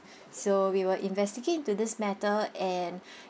so we will investigate into this matter and